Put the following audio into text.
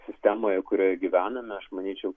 sistemoje kurioje gyvename aš manyčiau